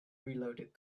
reloaded